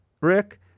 Rick